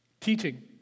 teaching